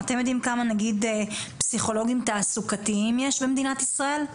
אתם יודעים כמה למשל פסיכולוגים תעסוקתיים יש במדינת ישראל?